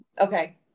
Okay